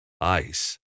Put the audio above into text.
Ice